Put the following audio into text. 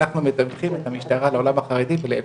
אנחנו מתווכים את המשטרה לעולם החרדי ולהיפך.